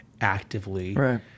actively